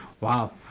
Wow